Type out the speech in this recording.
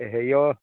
এ হেৰিৰ